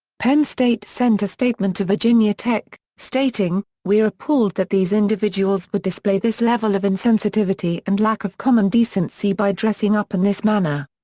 penn state sent a statement to virginia tech, stating, we're appalled that these individuals would display this level of insensitivity and lack of common decency by dressing up in this manner.